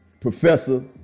professor